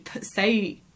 say